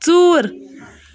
ژوٗر